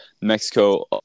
Mexico